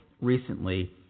recently